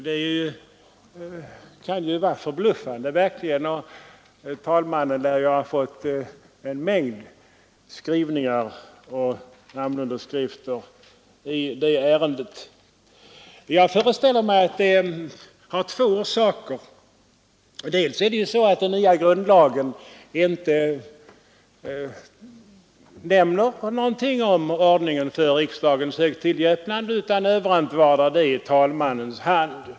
Det kan synas förbluffande. Talmannen har fått en mängd skrivelser och namnunderskrifter i ärendet. Jag föreställer mig att detta har två orsaker. För det första nämner inte den nya grundlagen någonting om ordningen för riksdagens högtidliga öppnande utan överantvardar det i talmannens hand.